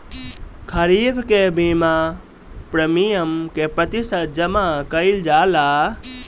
खरीफ के बीमा प्रमिएम क प्रतिशत जमा कयील जाला?